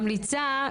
אני ממליצה,